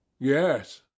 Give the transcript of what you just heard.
Yes